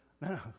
no